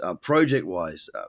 project-wise